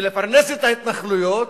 ולפרנס את ההתנחלויות,